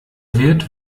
wirt